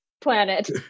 planet